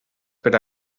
per